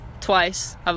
twice